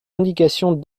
indications